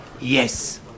Yes